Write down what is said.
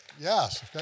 Yes